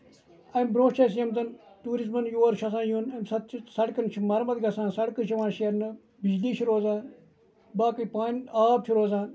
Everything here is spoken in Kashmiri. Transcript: اَمہِ برونٛہہ چھُ اَسہِ ییٚمہِ زَن ٹیوٗرِسٹن یور چھُ آسان یُن اَمہِ ساتہٕ چھِ سَڑکن چھِ مَرمَتھ گژھان سَڑکہٕ چھِ یِوان شیٖرنہٕ بِجلی چھِ روزان باقٕے پن آب چھُ روزان